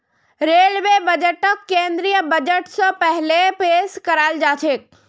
railway बजटक केंद्रीय budget स पहिले पेश कराल जाछेक